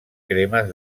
cremes